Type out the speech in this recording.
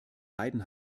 leiden